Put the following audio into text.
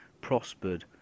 prospered